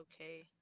okay